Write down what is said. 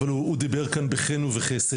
אבל הוא דיבר על זה בחן ובחסד.